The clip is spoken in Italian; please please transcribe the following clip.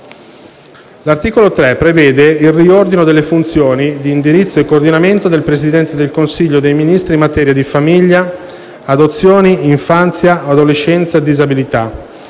L'articolo 3 prevede il riordino delle funzioni di indirizzo e coordinamento del Presidente del Consiglio dei ministri in materia di famiglia, adozioni, infanzia, adolescenza e disabilità.